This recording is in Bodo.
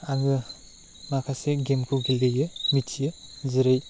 आङो माखासे गेमखौ गेलेयो मिथियो जेरै